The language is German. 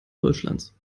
deutschlands